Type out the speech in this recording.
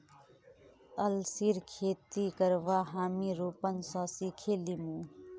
अलसीर खेती करवा हामी रूपन स सिखे लीमु